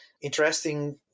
Interesting